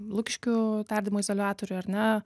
lukiškių tardymo izoliatoriuj ar ne